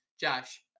Josh